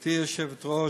גברתי היושבת-ראש,